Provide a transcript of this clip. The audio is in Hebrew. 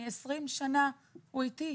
20 שנים הוא איתי.